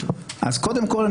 אז קודם כול,